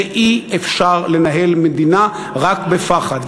ואי-אפשר לנהל מדינה רק בפחד,